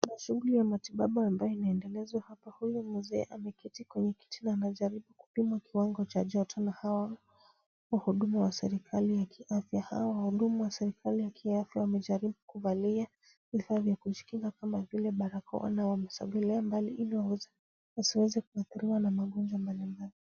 Kuna shughuli ya matibabu ambayo inayoendelezwa hapa. Huyu mzee ameketi kwenye kiti na anajaribu kupimwa kiwango cha joto na hawa wahudumu wa serikali ya kiafya. Hawa wahudumu wa serikali ya kiafya wamejaribu kuvalia vifaa vya kujikinga kama vile barakoa na wamesogelea mbali ili wasiweze kuadhiriwa na magonjwa mbalimbali.